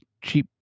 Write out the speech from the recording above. cheap